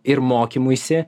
ir mokymuisi